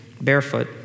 barefoot